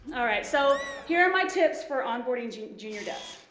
alright, so here are my tips for onboarding junior junior devs.